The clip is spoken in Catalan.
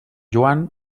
joan